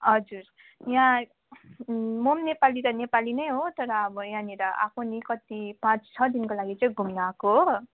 हजुर यहाँ म पनि नेपाली त नेपाली नै हो तर अब यहाँनिर आएको नि कति पाँच छ दिनको लागि चाहिँ घुम्नु आएको हो